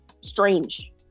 strange